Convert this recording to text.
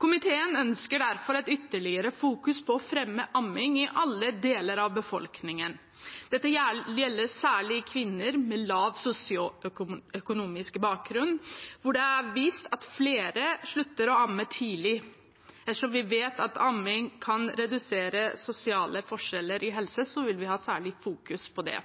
Komiteen ønsker derfor et ytterligere fokus på å fremme amming i alle deler av befolkningen. Dette gjelder særlig kvinner med lav sosioøkonomisk bakgrunn, hvor det er vist at flere slutter å amme tidlig. Ettersom vi vet at amming kan redusere de sosiale forskjellene i helse, vil vi fokusere særlig på det.